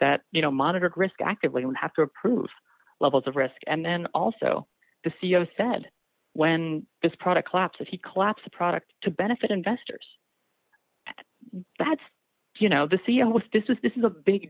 that you know monitored risk actively don't have to approve levels of risk and then also the c e o said when this product collapse of he collapse the product to benefit investors that's you know the c m was this is this is a big